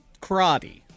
karate